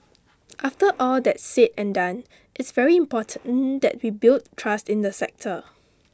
after all that's said and done it's very important that we build trust in the sector